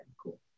cool